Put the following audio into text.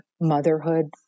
motherhood